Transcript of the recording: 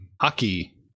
Hockey